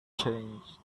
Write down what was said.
changed